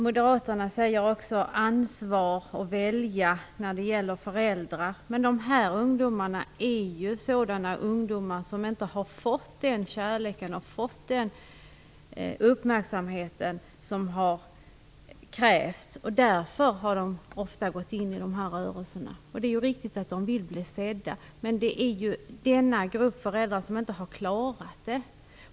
Moderaterna understryker också begrepp som ansvar och val från föräldrarnas sida, men det gäller här ungdomar som inte har fått den kärlek och uppmärksamhet som krävs. Det är ofta därför som de har gått in i de här rörelserna. Det är riktigt att de vill bli sedda, men det finns en grupp av föräldrar som inte klarar att åstadkomma det.